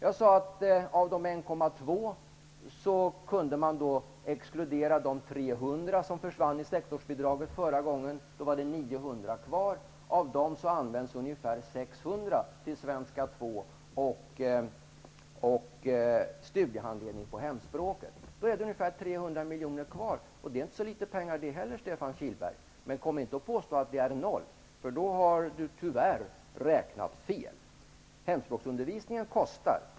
Av de 1,2 miljarder kronorna gick det att exkludera de 300 milj.kr. som försvann i sektorsbidraget förra gången. Då var det 900 milj.kr. kvar. Av dem används ungefär 600 milj.kr. till undervisning i svenska som andra språk och studiehandledning på hemspråket. Då finns ungefär 300 milj.kr. kvar. Det är inte så litet pengar, Stefan Kihlberg. Men påstå inte att det är 0! Då har Stefan Kihlberg räknat fel. Hemspråksundervisningen kostar.